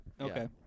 Okay